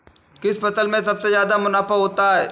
किस फसल में सबसे जादा मुनाफा होता है?